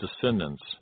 descendants